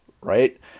right